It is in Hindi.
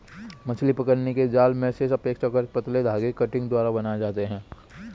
मछली पकड़ने के जाल मेशेस अपेक्षाकृत पतले धागे कंटिंग द्वारा बनाये जाते है